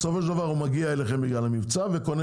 בסופו של דבר הוא מגיע אליכם בגלל המבצע וקונה